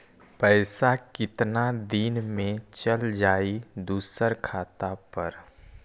पैसा कितना दिन में चल जाई दुसर खाता पर?